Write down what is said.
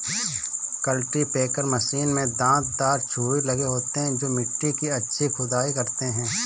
cultipacker machine में दांत दार छुरी लगे होते हैं जो मिट्टी की अच्छी खुदाई करते हैं